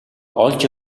олж